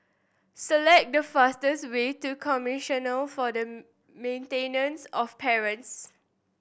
select the fastest way to Commissioner for the Maintenance of Parents